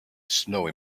snowy